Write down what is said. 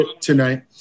tonight